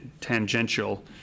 tangential